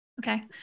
Okay